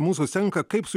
mūsų senka kaip su